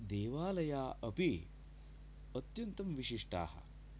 देवालय अपि अत्यन्तं विशिष्टाः